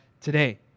today